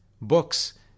books